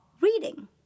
reading